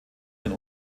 den